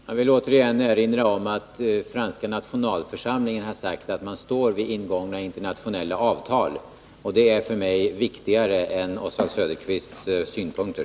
Herr talman! Jag vill återigen erinra om att den franska nationalförsamlingen har sagt att man står fast vid ingångna internationella avtal. Det är för mig viktigare än Oswald Söderqvists synpunkter.